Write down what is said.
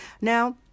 Now